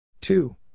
Two